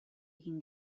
egin